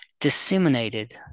disseminated